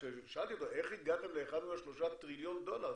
כששאלתי אותו איך הגעתם ל-1.3 טריליון דולר,